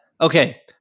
okay